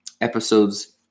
episodes